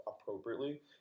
appropriately